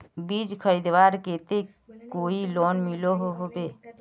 बीज खरीदवार केते कोई लोन मिलोहो होबे?